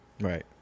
Right